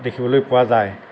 দেখিবলৈ পোৱা যায়